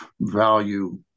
value